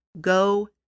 Go